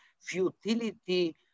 futility